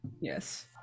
yes